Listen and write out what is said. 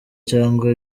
cyangwa